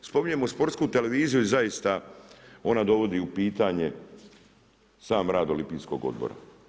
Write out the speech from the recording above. Spominjemo sportsku televiziju i zaista ona dovodi u pitanje sam rad Olimpijskog odbora.